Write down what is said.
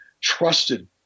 trusted